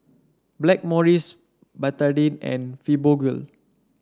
Blackmores Betadine and Fibogel